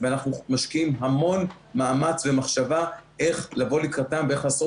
ואנחנו משקיעים המון מאמץ ומחשבה איך לבוא לקראתם ואיך לעשות